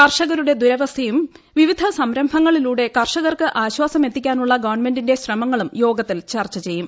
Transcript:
കർഷകരുടെ ദുരവസ്ഥയും വിവിധ സംരംഭങ്ങളിലൂടെ കർഷകർക്ക് ആശ്വാസമെത്തിക്കാനുള്ള ഗവൺമെന്റിന്റെ ശ്രമങ്ങളും യോഗത്തിൽ ചർച്ച ചെയ്യും